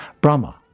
Brahma